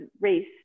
race